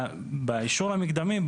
באישור המקדמי,